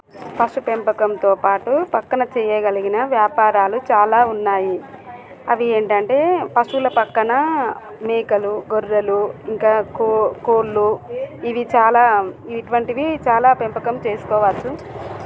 పశు పెంపకంతో పాటు పక్కన చేయగలిగిన వ్యాపారాలు చాలా ఉన్నాయి అవి ఏంటంటే పశువుల పక్కన మేకలు గొర్రెలు ఇంకా కోళ్ళు ఇవి చాలా ఇటువంటివి చాలా పెంపకం చేసుకోవచ్చు